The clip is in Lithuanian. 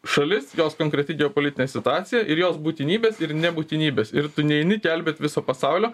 šalis jos konkreti geopolitinė situacija ir jos būtinybės ir nebūtinybės ir tu neini gelbėt viso pasaulio